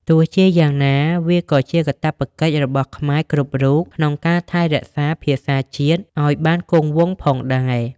ទោះជាយ៉ាងណា វាក៏ជាកាតព្វកិច្ចរបស់ខ្មែរគ្រប់រូបក្នុងការថែរក្សាភាសាជាតិឱ្យបានគង់វង្សផងដែរ។